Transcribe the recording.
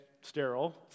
sterile